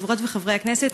חברי חברות וחברי הכנסת,